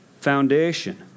foundation